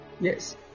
Yes